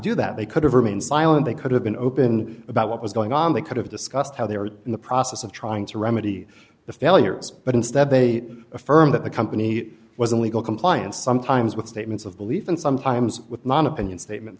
do that they could have remained silent they could have been open about what was going on they could have discussed how they were in the process of trying to remedy the failures but instead they affirm that the company was in legal compliance sometimes with statements of belief and sometimes with non opinion statement